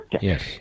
Yes